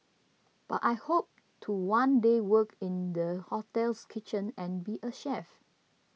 but I hope to one day work in the hotel's kitchen and be a chef